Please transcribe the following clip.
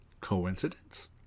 Coincidence